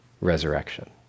resurrection